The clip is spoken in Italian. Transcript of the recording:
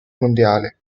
mondiale